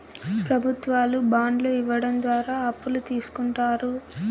ప్రభుత్వాలు బాండ్లు ఇవ్వడం ద్వారా అప్పులు తీస్కుంటారు